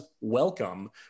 welcome